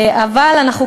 אבל אנחנו,